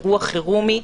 אירוע חירומי.